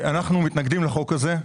אנחנו מתנגדים לחוק הזה.